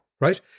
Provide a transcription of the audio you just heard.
Right